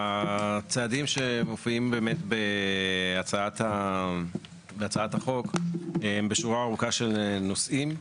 הצעדים שמופיעים באמת בהצעת החוק הם בשורה ארוכה של נושאים.